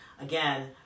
again